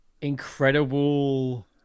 Incredible